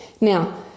Now